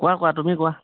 কোৱা কোৱা তুমি কোৱা